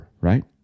right